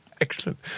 Excellent